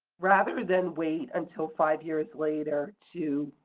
rather than wait until five years later to